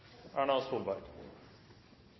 Erna Solberg